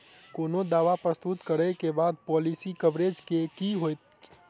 कोनो दावा प्रस्तुत करै केँ बाद पॉलिसी कवरेज केँ की होइत?